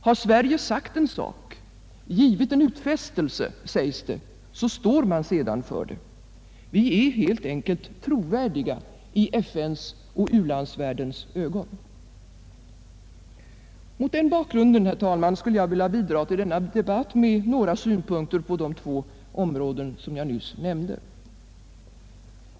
Har Sverige sagt en sak, givit en utfästelse, sägs det, så står man sedan för det. Vi är helt enkelt trovärdiga i FN:s och u-landsvärldens ögon. Mot den bakgrunden, herr talman, skulle jag vilja bidra till denna debatt med några synpunkter på de två områden som jag nyss nämnde.